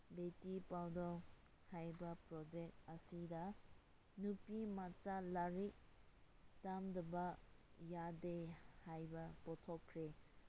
ꯕꯦꯇꯤ ꯄꯔꯥꯎ ꯍꯥꯏꯕ ꯄ꯭ꯔꯣꯖꯦꯛ ꯑꯁꯤꯗ ꯅꯨꯄꯤ ꯃꯆꯥ ꯂꯥꯏꯔꯤꯛ ꯇꯝꯗꯕ ꯌꯥꯗꯦ ꯍꯥꯏꯕ ꯄꯨꯊꯣꯛꯈ꯭ꯔꯦ